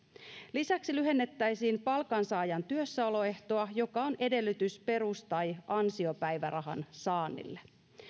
lisäksi lyhennettäisiin palkansaajan työssäoloehtoa joka on edellytys perus tai ansiopäivärahan saannille